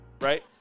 right